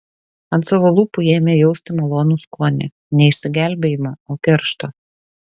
ant savo lūpų ėmė jausti malonų skonį ne išsigelbėjimo o keršto